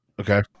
okay